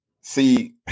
see